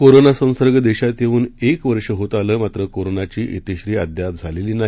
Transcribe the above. corona संसर्ग देशात येऊन एक वर्ष होत आलं मात्र करोनाची प्तिश्री अद्याप झालेली नाही